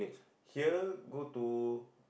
here go to